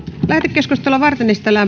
lähetekeskustelua varten esitellään